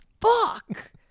fuck